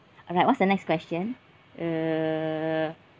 alright what's the next question err